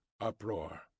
Uproar